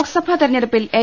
ലോക്സഭാ തെരഞ്ഞെടുപ്പിൽ എൽ